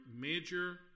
major